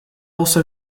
also